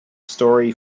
story